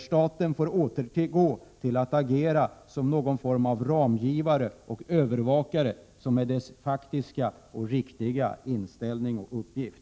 Staten får återgå till att agera som något slags ramgivare och övervakare, vilket är dess faktiska och riktiga uppgift.